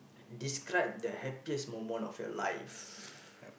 describe the happiest moment of your life